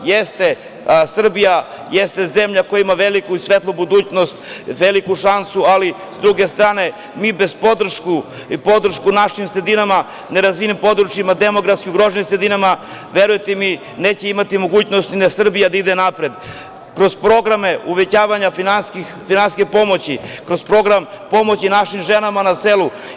Jeste Srbija zemlja koja ima veliku i svetlu budućnost, veliku šansu, ali, s druge strane, mi bez podrške našim sredinama, nerazvijenim područjima, demografski ugroženim sredinama, verujte mi, neće imati mogućnost ni Srbija da ide napred, kroz programe uvećavanja finansijske pomoći, kroz program pomoći našim ženama na selu.